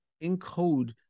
encode